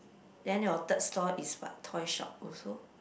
then your third store is what toy shop also